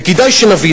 וכדאי שנבין.